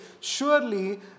surely